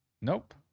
Nope